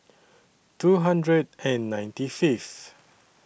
two hundred and ninety Fifth